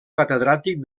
catedràtic